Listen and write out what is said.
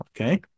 okay